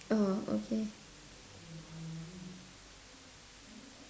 oh okay